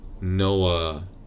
Noah